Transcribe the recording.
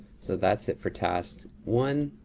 so that's it for task one.